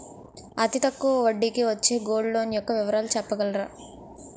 అతి తక్కువ వడ్డీ కి వచ్చే గోల్డ్ లోన్ యెక్క వివరాలు చెప్పగలరా?